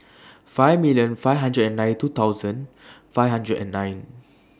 five million five hundred and ninety two thousand five hundred and nine